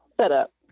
setup